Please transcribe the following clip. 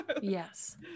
yes